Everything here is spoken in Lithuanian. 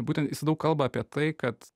būtent jis daug kalba apie tai kad